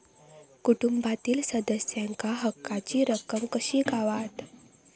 कुटुंबातील सदस्यांका हक्काची रक्कम कशी गावात?